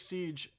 Siege